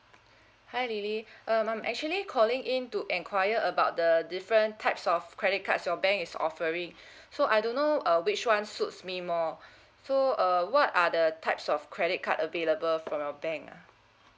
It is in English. hi lily um I'm actually calling in to enquire about the different types of credit cards your bank is offering so I don't know uh which one suits me more so uh what are the types of credit card available from your bank ah